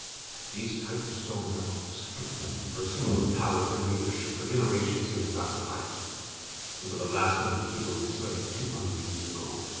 these titanstone knuckles were a symbol of power and leadership for generations here in vasselheim until the last known keeper was slain two hundred years ago,